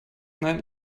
nein